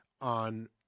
on